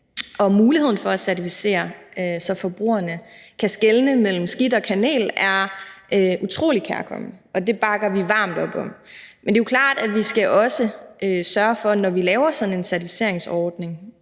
og muligheden for at certificere dem, så forbrugerne kan skelne mellem skidt og kanel, er utrolig kærkommen, og det bakker vi varmt op om. Men det er klart, at vi også skal sørge for, når vi laver sådan en certificeringsordning,